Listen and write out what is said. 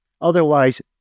Otherwise